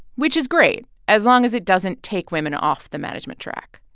which is great as long as it doesn't take women off the management track.